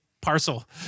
parcel